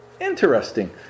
Interesting